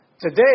Today